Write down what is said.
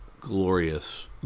glorious